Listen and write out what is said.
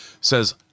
says